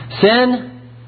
Sin